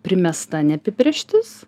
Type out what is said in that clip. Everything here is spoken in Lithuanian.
primesta neapibrėžtis